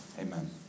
Amen